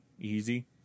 Easy